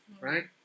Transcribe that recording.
right